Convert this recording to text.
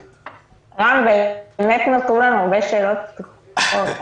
רם, באמת נותרו לנו הרבה שאלות פתוחות.